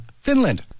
Finland